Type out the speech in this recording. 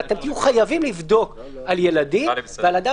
אבל אתם תהיו חייבים לבדוק על ילדים ועל אדם